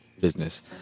business